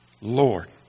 Lord